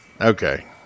Okay